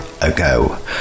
ago